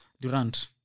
Durant